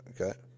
okay